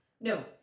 No